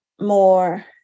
more